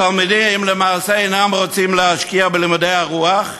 התלמידים, למעשה, אינם רוצים להשקיע בלימודי הרוח,